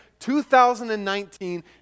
2019